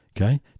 Okay